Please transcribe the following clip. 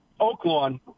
Oaklawn